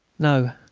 no,